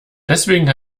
deswegen